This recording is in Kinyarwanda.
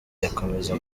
ayakomereza